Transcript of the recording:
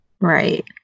Right